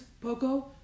Poco